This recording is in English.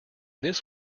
this